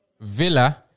Villa